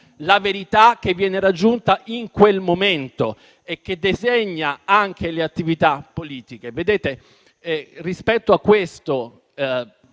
la verità che viene raggiunta in quel momento e che disegna anche le attività politiche. Rispetto al nuovo